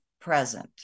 present